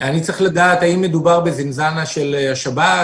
אני צריך לדעת האם מדובר בזינזנה של השב"ס,